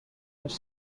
els